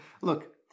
Look